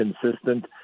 consistent